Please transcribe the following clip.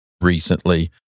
recently